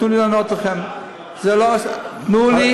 רגע, רבותי, רבותי,